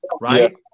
right